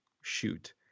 shoot